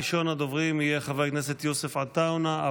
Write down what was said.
ראשון הדוברים יהיה חבר הכנסת יוסף עטאונה.